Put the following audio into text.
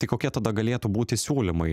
tai kokie tada galėtų būti siūlymai